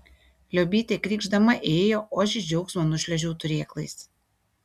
liobytė krykšdama ėjo o aš iš džiaugsmo nušliuožiau turėklais